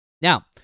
Now